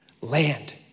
land